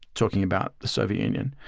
talking about the soviet union,